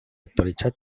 actualitzat